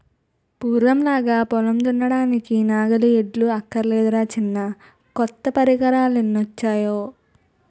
పూర్వంలాగా పొలం దున్నడానికి నాగలి, ఎడ్లు అక్కర్లేదురా చిన్నా కొత్త పరికరాలెన్నొచ్చేయో